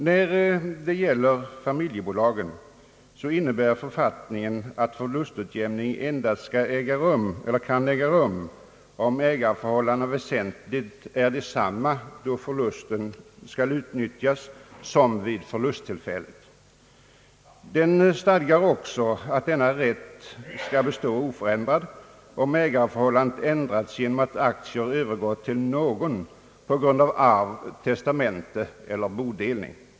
När det gäller familjebolag innebär författningen att förlustutjämning endast skall kunna äga rum om ägareförhållandena väsentligen är desamma då förlusten skall utnyttjas som vid förlusttillfället. Den stadgar också att denna rätt skall bestå oförändrad om ägareförhållandet ändrats genom att aktier har övergått till någon på grund av arv, testamente eller bodelning.